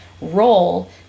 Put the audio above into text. role